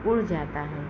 उड़ जाता है